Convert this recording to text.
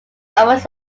almost